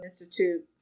Institute